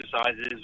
exercises